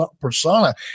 persona